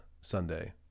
Sunday